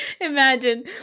imagine